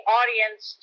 audience